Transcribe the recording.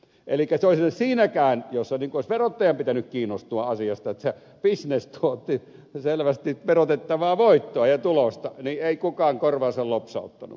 toisin sanoen siinäkään missä olisi verottajan pitänyt kiinnostua asiasta että se bisnes tuotti selvästi verotettavaa voittoa ja tulosta ei kukaan korvaansa lopsauttanut